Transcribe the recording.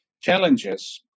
challenges